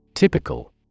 Typical